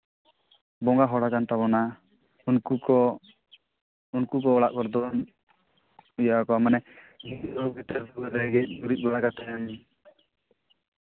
ᱵᱚᱸᱜᱟ ᱦᱚᱲᱟᱠᱟᱱ ᱛᱟᱵᱚᱱᱟ ᱩᱱᱠᱩ ᱠᱚ ᱩᱱᱠᱩ ᱠᱚ ᱚᱲᱟᱜ ᱠᱚᱨᱮ ᱫᱚ ᱤᱭᱟᱹ ᱠᱚ ᱢᱟᱱᱮ ᱜᱮᱡᱽ ᱜᱩᱨᱤᱡᱽ ᱵᱟᱲᱟ ᱠᱟᱛᱮ